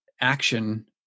action